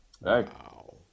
wow